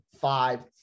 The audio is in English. five